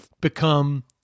become